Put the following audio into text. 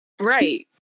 Right